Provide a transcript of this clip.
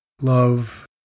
love